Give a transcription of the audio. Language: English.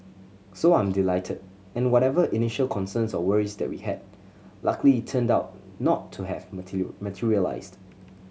so I'm delighted and whatever initial concerns or worries that we had luckily turned out not to have materialised